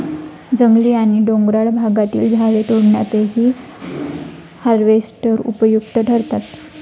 जंगली आणि डोंगराळ भागातील झाडे तोडण्यातही हार्वेस्टर उपयुक्त ठरतात